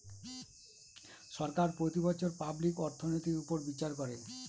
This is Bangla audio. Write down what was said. সরকার প্রতি বছর পাবলিক অর্থনৈতির উপর বিচার করে